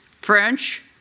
French